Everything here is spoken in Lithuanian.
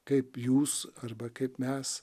kaip jūs arba kaip mes